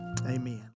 Amen